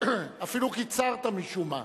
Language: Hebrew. אפילו קיצרת משום מה.